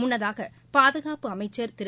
முள்ளதாக பாதுகாப்பு அமைச்சர் திரு